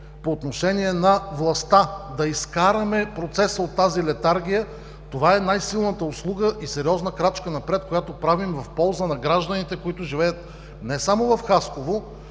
по отношение на властта да изкараме процеса от тази летаргия, това е най-силната услуга и сериозна крачка напред, които правим в полза на гражданите, които живеят не само в Хасково,